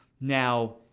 Now